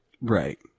Right